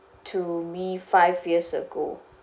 to me five years ago